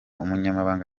umunyamabanga